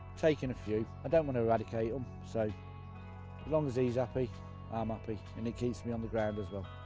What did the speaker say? taking a few, i don't want to eradicate them so long as he's happy i'm happy and it keeps me on the ground as well.